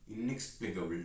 inexplicable